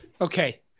Okay